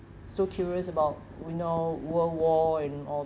so curious about we know world war and all